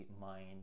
mind